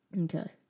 Okay